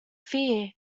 fear